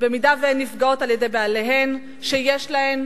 במידה שהן נפגעות על-ידי בעליהן, שיש להן